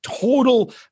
total